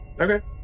Okay